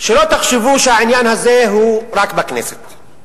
שלא תחשבו שהעניין הזה הוא רק בכנסת.